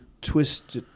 twist